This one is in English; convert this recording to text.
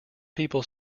people